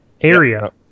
area